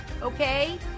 okay